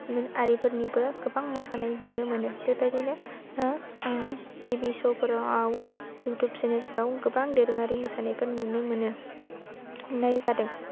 आरिफोरनिबो गोबां मोसानाय नुनो मोनो बेबायदिनो नो आं टिभि श' फोराव आव इउटुब चेनेल फोराव गोबां दोरोङारि मोसानायफोर नुनो मोनो नुनाय जादों